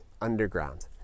underground